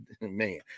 man